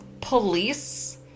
police